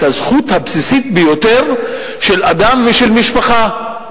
הזכות הבסיסית ביותר של אדם ושל משפחה,